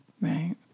Right